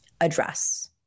address